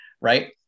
Right